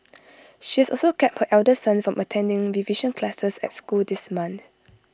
she has also kept her elder son from attending revision classes at school this month